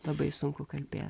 labai sunku kalbėt